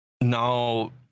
Now